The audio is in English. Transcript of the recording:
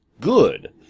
good